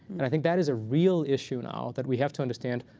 and i think that is a real issue now that we have to understand,